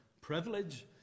privilege